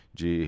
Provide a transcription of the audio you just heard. de